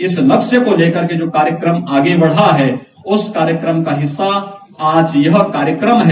इस लक्ष्य को लेकर जो कार्यक्रम आगे बढ़ा है उस कार्यक्रम का हिस्सा आज यह कार्यक्रम है